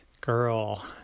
girl